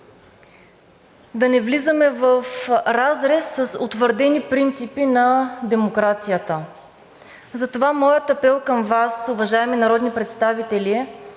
да не влизаме в разрез с утвърдени принципи на демокрацията. Затова моят апел към Вас, уважаеми народни представители,